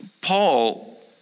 Paul